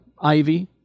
Ivy